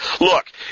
Look